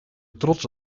trots